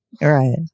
Right